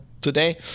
today